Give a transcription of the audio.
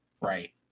right